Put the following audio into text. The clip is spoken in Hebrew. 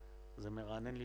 זה לא רק עניין של